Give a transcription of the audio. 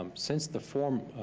um since the. forming